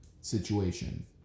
situation